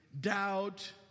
doubt